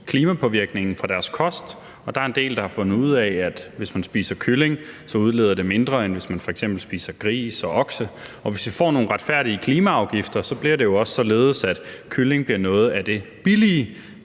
klimapåvirkningen fra deres kost, og der er en del, der har fundet ud af, at hvis man spiser kylling, så udleder det mindre, end hvis man f.eks. spiser gris og oksekød, og hvis vi får nogle retfærdige klimaafgifter, bliver det jo også således, at kylling bliver noget af det billige